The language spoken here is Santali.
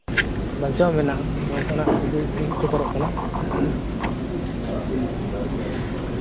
ᱵᱟᱧᱪᱟᱣ ᱢᱮᱱᱟᱜᱼᱟ ᱚᱝᱠᱟᱱᱟᱜ ᱩᱫᱩᱜ ᱩᱫᱩᱜ ᱥᱚᱫᱚᱨᱟᱜ ᱠᱟᱱᱟ